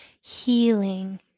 healing